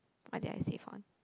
what do I save on